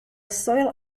soil